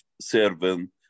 serving